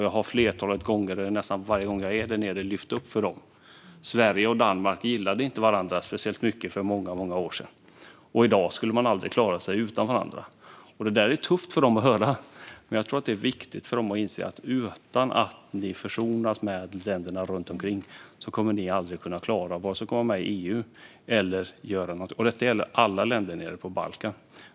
Jag har flertalet gånger, nästan varenda gång jag är där nere, lyft fram för dem att för många år sedan gillade inte Sverige och Danmark varandra särskilt mycket, men i dag skulle de aldrig klara sig utan varandra. Det är tufft för dem där nere att höra, men jag tror att det är viktigt för dem att inse att utan att försonas med länderna runt omkring kommer de aldrig att klara att komma med i EU. Detta gäller alla länder nere på Balkan.